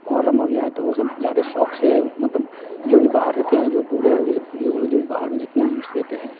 محرم ہو گیا تو وہ سب زیادہ شوق سے مطلب جو بھی باہر رہتے ہیں جو بوڑھے ہو گئے جو بزرگ ہو گئے جو بھی باہر میں جتنے رہتے ہیں